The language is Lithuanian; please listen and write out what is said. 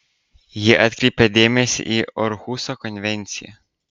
ji atkreipia dėmesį į orhuso konvenciją